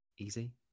Easy